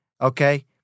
okay